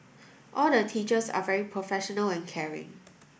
all the teachers are very professional and caring